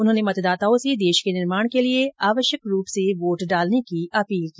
उन्होंने मतदाताओं से देश के निर्माण के लिए आवश्यक रूप से वोट डालने की अपील की